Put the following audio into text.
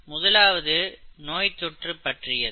முதலாவது நோய்த்தொற்று பற்றியது